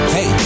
Hey